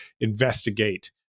investigate